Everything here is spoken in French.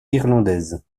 irlandaise